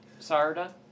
Sarda